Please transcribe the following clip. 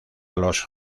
los